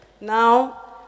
Now